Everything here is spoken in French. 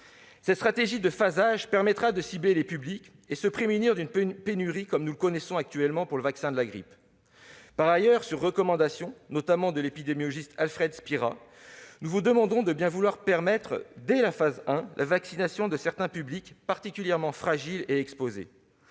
Cette stratégie de phasage permettra de cibler les publics et de se prémunir d'une pénurie, comme nous en connaissons actuellement avec le vaccin de la grippe. Par ailleurs, sur recommandation, notamment de l'épidémiologiste Alfred Spira, nous vous demandons de bien vouloir permettre, dès la première phase, la vaccination de certains publics particulièrement fragiles et exposés